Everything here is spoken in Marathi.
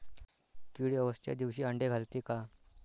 किडे अवसच्या दिवशी आंडे घालते का?